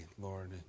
Lord